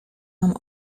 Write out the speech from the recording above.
mam